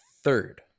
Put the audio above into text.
third